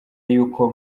yuko